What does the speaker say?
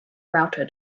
router